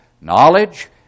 Knowledge